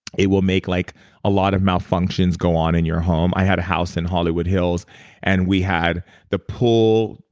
it will make like a lot of malfunctions go on in your home. i had a house in hollywood hills and we had the pool,